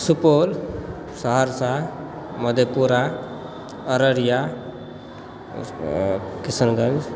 Supaul Saharsa Madhepura Araria Kishanganj